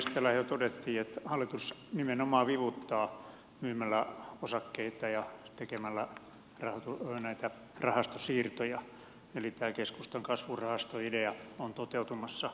täällähän jo todettiin että hallitus nimenomaan vivuttaa myymällä osakkeita ja tekemällä rahastosiirtoja eli tämä keskustan kasvurahastoidea on toteutumassa vähän eri tavalla